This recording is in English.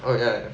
oh yeah